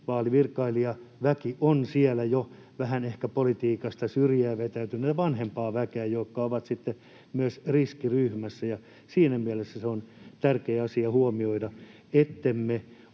vaalivirkailijaväki on jo vähän ehkä politiikasta syrjään vetäytynyttä, vanhempaa väkeä, joka on myös riskiryhmässä. Siinä mielessä se on tärkeä asia huomioida,